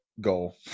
goal